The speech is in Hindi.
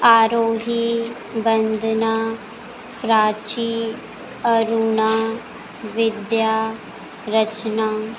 आरोही वंदना प्राची अरुणा विद्या रचना